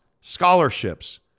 scholarships